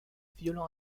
violent